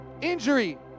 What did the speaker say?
Injury